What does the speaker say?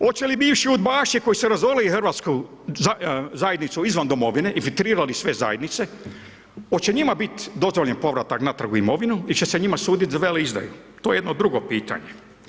Hoće li bivši udbaši koji su razorili RH, zajednicu izvan domovine i filtrirali sve zajednice, hoće njima biti dozvoljen povratak natrag u domovinu il će se njima suditi za veleizdaju, to je jedno drugo pitanje.